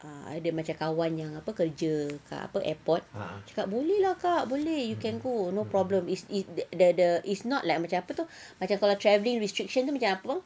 ah ada macam kawan kan kerja apa kerja dekat airport cakap boleh lah kak boleh you can go no problem is it's the the it's not like macam apa tu macam kalau travelling restriction macam apa bang